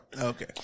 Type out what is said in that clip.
Okay